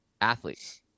athletes